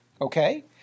Okay